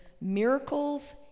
Miracles